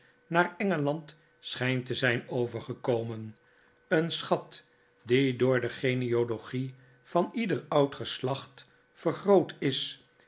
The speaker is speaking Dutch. naar engeland schijnt te zijn overgekomen een schat die door de genealogip van ieder oud geslacht vergroot is